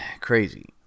crazy